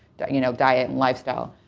you know, diet and lifestyle.